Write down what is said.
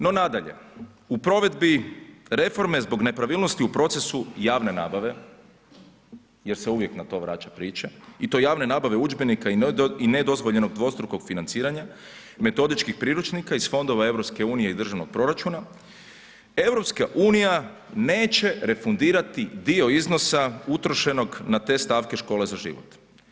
No nadalje u provedbi reforme zbog nepravilnosti u procesu javne nabave jer se uvijek na to vraća priča i to javne nabave udžbenika i nedozvoljenog dvostrukog financiranja i metodičkih priručnika iz fondova EU i državnog proračuna, EU neće refundirati dio iznosa na te stavke Škole za život.